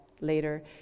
later